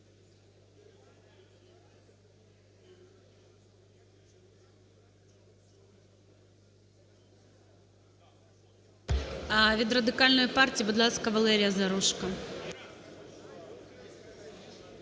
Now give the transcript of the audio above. Від Радикальної партії, будь ласка, Валерія Заружко.